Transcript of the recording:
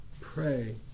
pray